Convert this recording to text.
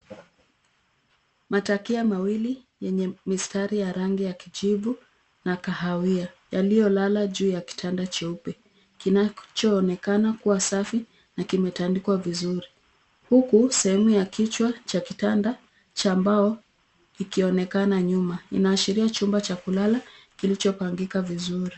Matakia mawili yenye mistari ya rangi ya kijivu na kahawia, yaliyolala juu ya kitanda cheupe, kinachoonekana kuwa safi na kimetandikwa vizuri. Huku sehemu ya kichwa cha kitanda cha mbao, ikionekana nyuma. Inaashiria chumba cha kulala kilichopangika vizuri.